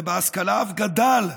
ובהשכלה אף גדל.